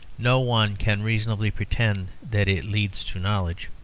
no one can reasonably pretend that it leads to knowledge.